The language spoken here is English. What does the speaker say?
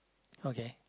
okay